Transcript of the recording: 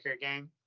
gang